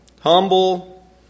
Humble